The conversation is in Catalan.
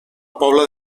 pobla